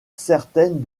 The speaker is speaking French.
certaines